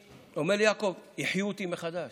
אומר לי: יעקב, החיו אותי מחדש,